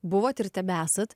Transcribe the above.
buvot ir tebesat